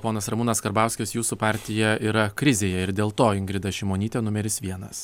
ponas ramūnas karbauskis jūsų partija yra krizėje ir dėl to ingrida šimonytė numeris vienas